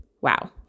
Wow